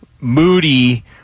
Moody